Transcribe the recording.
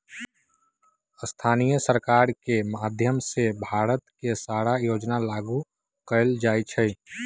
स्थानीय सरकार के माधयम से भारत के सारा योजना लागू कएल जाई छई